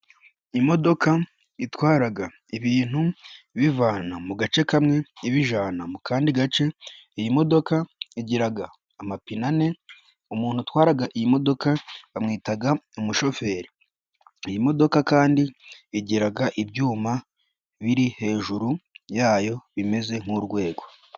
Imodoka itwara ibintu ibivana mu gace kamwe ibijyana mu kandi gace. Iyi modoka igira amapine ane, umuntu utwara iyi modoka bamwita umushoferi. Iyi modoka kandi igira ibyuma biri hejuru yayo bimeze nk'urwego.